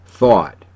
thought